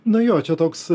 nu jo čia toks